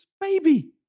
baby